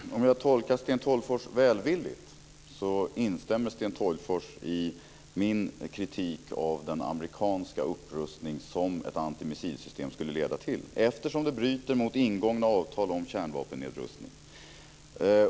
Fru talman! Om jag tolkar Sten Tolgfors välvilligt instämmer Sten Tolgfors i min kritik av den amerikanska upprustning som ett antimissilsystem skulle leda till, eftersom det bryter mot ingångna avtal om kärnvapennedrustning.